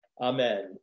Amen